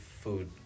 food